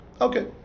Okay